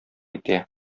итә